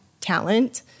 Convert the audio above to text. talent